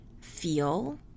feel